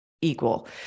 equal